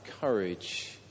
courage